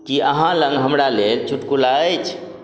कि अहाँ लङ हमरा लेल चुटकुला अछि